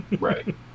Right